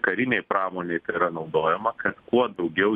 karinėj pramonėjtai yra naudojama kad kuo daugiau